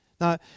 Now